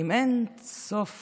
עם אין-סוף